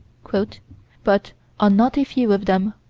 but on not a few of them,